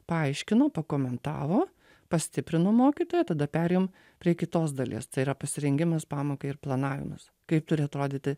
paaiškino pakomentavo pastiprino mokytoją tada perėjom prie kitos dalies tai yra pasirengimas pamokai ir planavimas kaip turi atrodyti